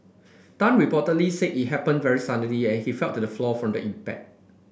Tan reportedly said it happened very suddenly and he fell to the floor from the impact